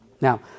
Now